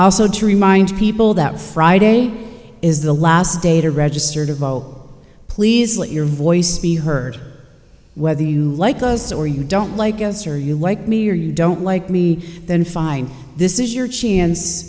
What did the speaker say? also to remind people that friday is the last day to register to vote please let your voice be heard whether you like us or you don't like us or you like me or you don't like me then fine this is your chance